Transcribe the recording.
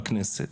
בכנסת.